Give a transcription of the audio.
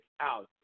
out